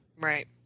Right